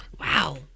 Wow